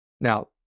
Now